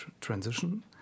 transition